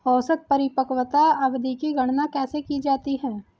औसत परिपक्वता अवधि की गणना कैसे की जाती है?